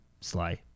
Sly